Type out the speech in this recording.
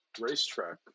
racetrack